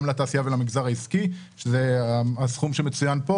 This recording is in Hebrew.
גם לתעשייה ולמגזר העסקי שזה הסכום שמצוין פה